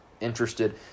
interested